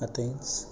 Athens